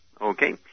Okay